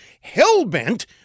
hell-bent